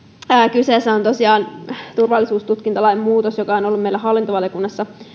kyseessä on tosiaan turvallisuustutkintalain muutos joka on ollut meillä hallintovaliokunnassa